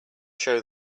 show